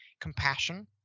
compassion